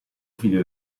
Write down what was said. figlio